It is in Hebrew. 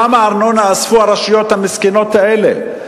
כמה ארנונה אספו הרשויות המסכנות האלה,